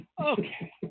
Okay